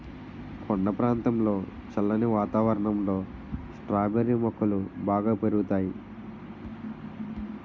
కొండ ప్రాంతంలో చల్లని వాతావరణంలో స్ట్రాబెర్రీ మొక్కలు బాగా పెరుగుతాయి